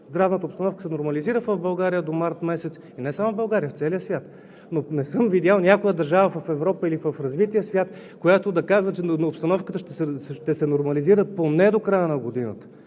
здравната обстановка се нормализира в България до месец март – и не само в България, а в целия свят. Но не съм видял някоя държава в Европа или в развития свят, която да казва, че обстановката ще се нормализира поне до края на годината.